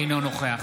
אינו נוכח